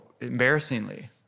embarrassingly